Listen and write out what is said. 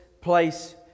place